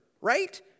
right